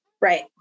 Right